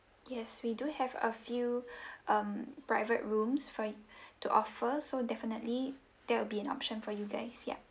yes we do have a few um private rooms for to offer so definitely there will be an option for you guys ya